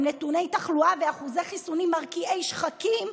עם נתוני תחלואה ואחוזי חיסונים מרקיעי שחקים,